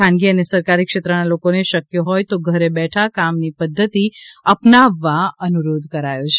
ખાનગી અને સરકારી ક્ષેત્રના લોકોને શક્ય હોય તો ઘેર બેઠા કામની પદ્ધતિ અપનાવવા અનુરોધ કર્યો છે